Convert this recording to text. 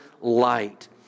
light